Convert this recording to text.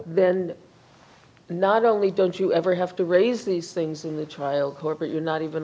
then not only don't you ever have to raise these things in the trial court but you're not even